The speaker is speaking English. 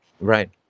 right